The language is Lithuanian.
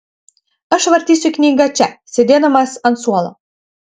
aš vartysiu knygą čia sėdėdamas ant suolo